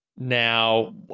Now